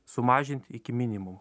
sumažint iki minimumo